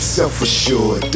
Self-assured